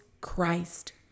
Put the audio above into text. Christ